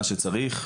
מה שצריך,